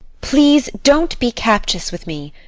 please don't be captious with me.